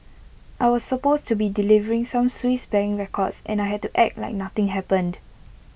I was supposed to be delivering some Swiss bank records and I had to act like nothing happened